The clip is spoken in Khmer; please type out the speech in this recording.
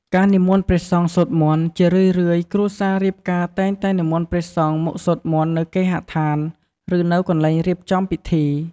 ការនិមន្តព្រះសង្ឃសូត្រមន្ត ជារឿយៗ គ្រួសាររៀបការតែងតែនិមន្តព្រះសង្ឃមកសូត្រមន្តនៅគេហដ្ឋាន ឬនៅកន្លែងរៀបចំពិធី។